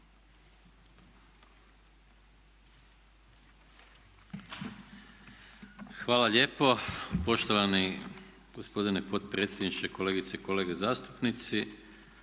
Hvala lijepo gospodine predsjedniče. Kolege i kolegice zastupnici,